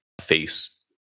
face